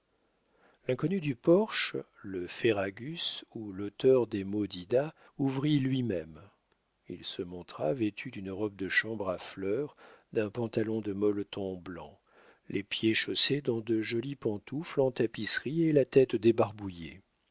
l'inconnu du porche le ferragus ou l'oteur des maux d'ida ouvrit lui-même il se montra vêtu d'une robe de chambre à fleurs d'un pantalon de molleton blanc les pieds chaussés dans de jolies pantoufles en tapisserie et la tête débarbouillée